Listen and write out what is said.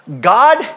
God